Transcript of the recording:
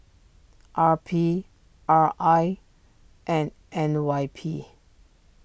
R P R I and N Y P